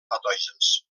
patògens